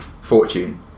Fortune